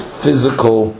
physical